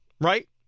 right